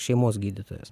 šeimos gydytojas